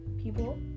people